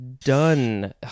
done